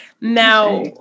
now